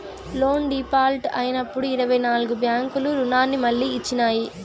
loan default అయినప్పుడు ఇరవై నాల్గు బ్యాంకులు రుణాన్ని మళ్లీ ఇచ్చినాయి